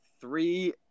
three